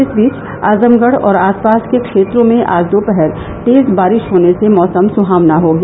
इस बीच आजमगढ़ और आसपास के क्षेत्रों में आज दोपहर तेज बारिश होने से मौसम सुहावना हो गया